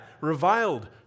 reviled